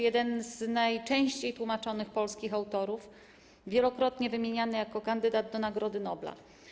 Jeden z najczęściej tłumaczonych polskich autorów, wielokrotnie wymieniany jako kandydat do Nagrody Nobla.